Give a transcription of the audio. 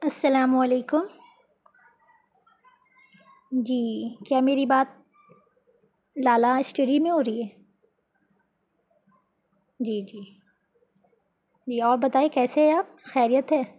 السّلام علیکم جی کیا میری بات لالا اسٹڈی میں ہو رہی ہے جی جی جی اور بتائی کیسے آپ خیریت ہے